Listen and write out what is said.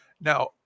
now